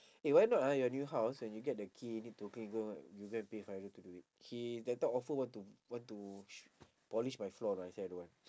eh why not ah your new house when you get the key you need to clean go you go and pay fairul to do it he that time offer want to want to polish my floor but I say I don't want